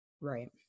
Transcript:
right